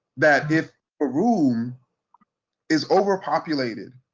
that if a room is overpopulated,